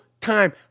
time